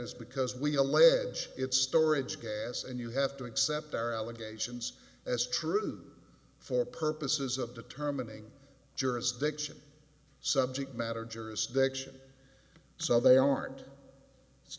is because we allege it's storage gas and you have to accept our allegations as true for purposes of determining jurisdiction subject matter jurisdiction so they aren't it's